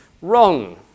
wrong